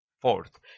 Fourth